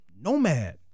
nomad